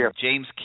James